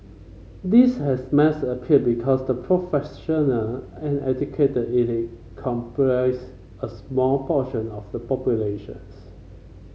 this has mass appeal because the professional and educated elite comprise a small portion of the populations